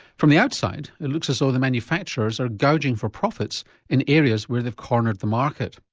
from the outside it looks as though the manufacturers are gouging for profits in areas where they've cornered the market.